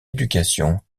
éducation